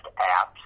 apps